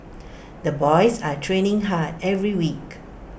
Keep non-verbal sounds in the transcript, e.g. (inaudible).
(noise) the boys are training hard every week